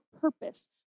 purpose